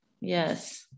yes